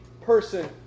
person